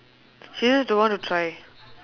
she just don't want to try